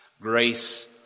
grace